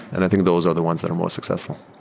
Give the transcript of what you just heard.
and i think those are the ones that are more successful.